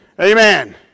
Amen